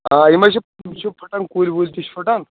آ یِم حظ چھِ یِم چھِ پھٕٹان کُلۍ وُلۍ تہِ چھِ پھٕٹان